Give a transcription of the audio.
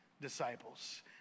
disciples